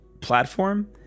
platform